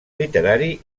literari